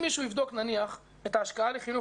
אם מישהו יבדוק נניח את ההשקעה בחינוך